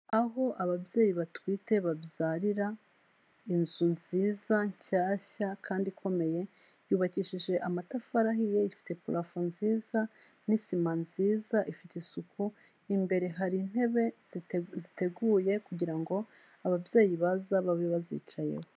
Aho ababyeyi batwite babyarira, inzu nziza nshyashya kandi ikomeye, yubakishije amatafari ahiye, ifite purafo nziza, n'isima nziza ifite isuku, imbere hari intebe ziteguye kugira ngo ababyeyi baza babe bazicayeho.